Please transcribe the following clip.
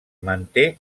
manté